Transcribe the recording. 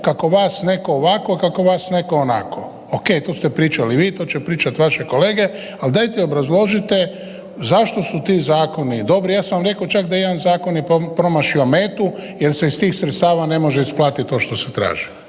kako vas netko ovako, kako vas netko onako. Oke, to ste pričali vi, to će pričati vaše kolege, ali dajte obrazložite zašto su ti zakoni dobri, ja sam rekao čak da je jedan zakon i promašio metu jer se iz tih sredstava ne može isplatiti to što se traži.